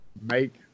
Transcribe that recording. make